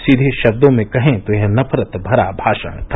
सीधे शब्दों में कहें तो यह नफरत भरा भाषण था